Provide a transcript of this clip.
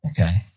okay